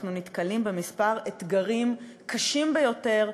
אנחנו נתקלים בכמה אתגרים קשים ביותר,